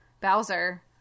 Bowser